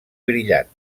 brillants